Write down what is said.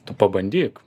tu pabandyk